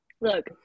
look